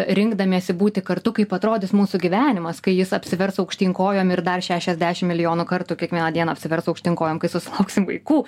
rinkdamiesi būti kartu kaip atrodys mūsų gyvenimas kai jis apsivers aukštyn kojom ir dar šešiasdešimt milijonų kartų kiekvieną dieną apsivers aukštyn kojom kai susilauksim vaikų